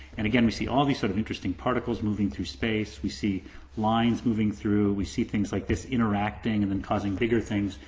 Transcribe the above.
and again we see all these sort of interesting particles moving through space, we see lines moving through, we see things like this interacting and then causing bigger things,